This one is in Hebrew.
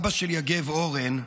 אבא של יגב, אורן,